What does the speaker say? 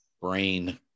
Brain